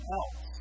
else